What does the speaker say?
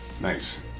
nice